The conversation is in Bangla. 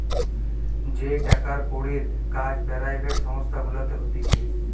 যেই টাকার কড়ির কাজ পেরাইভেট সংস্থা গুলাতে হতিছে